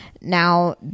now